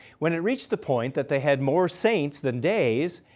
when it reached the point that they had more saints than days,